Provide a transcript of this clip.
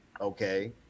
Okay